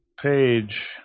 page